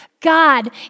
God